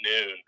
noon